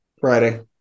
Friday